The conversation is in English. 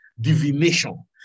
divination